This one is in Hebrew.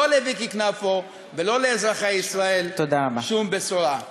לא לוויקי קנפו ולא לאזרחי ישראל שום בשורה.